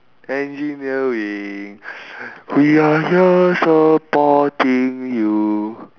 engineering we are here supporting you